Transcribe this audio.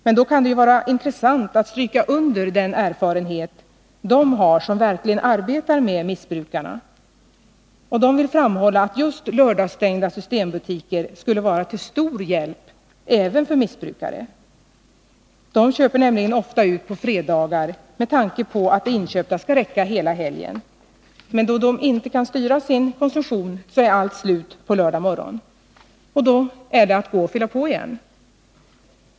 Men då kan det ju vara intressant att stryka under den erfarenhet de har som verkligen arbetar med missbrukare. De vill framhålla att lördagsstängda systembutiker skulle vara till stor hjälp just i arbetet med att ta hand om missbrukare. De köper nämligen ofta särskilt mycket på fredagar med tanke på att det inköpta skall räcka hela helgen. Men eftersom de inte kan styra sin konsumtion, är allt slut på lördag morgon. Då blir det att gå och fylla på igen.